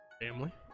family